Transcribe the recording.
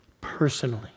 Personally